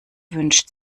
wünscht